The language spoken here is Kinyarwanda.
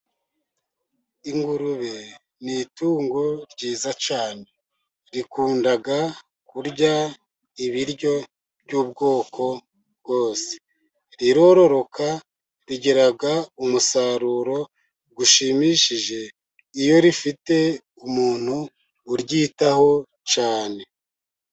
Ingurube ni itungo ryiza cyane, rikunda kurya ibiryo by'ubwoko bwose, rirororoka rigira umusaruro ushimishije, iyo rifite umuntu uryitaho cyane.